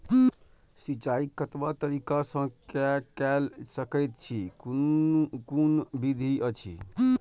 सिंचाई कतवा तरीका स के कैल सकैत छी कून कून विधि अछि?